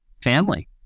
family